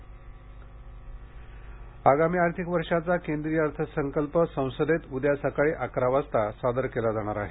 अर्थसंकल्प आगामी आर्थिक वर्षाचा केंद्रीय अर्थसंकल्प संसदेत उद्या सकाळी अकरा वाजता सादर केला जाणार आहे